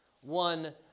one